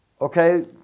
Okay